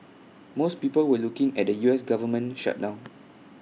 most people were looking at the U S Government shutdown